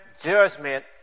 judgment